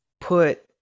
put